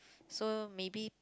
so maybe